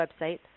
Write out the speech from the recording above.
website